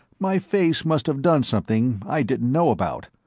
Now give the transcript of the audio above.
my face must have done something i didn't know about,